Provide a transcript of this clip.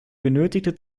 benötigte